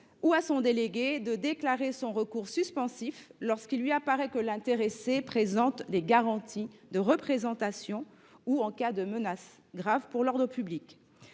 ou à son délégué de déclarer son recours suspensif, lorsqu’il lui semble que l’intéressé ne dispose pas de garanties de représentation ou en cas de menace grave pour l’ordre public.